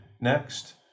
next